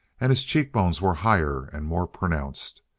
and his cheekbones were higher and more pronounced.